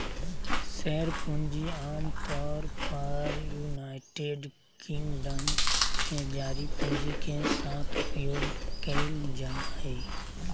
share पूंजी आमतौर पर यूनाइटेड किंगडम में जारी पूंजी के साथ उपयोग कइल जाय हइ